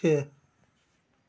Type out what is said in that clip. छः